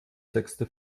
sechste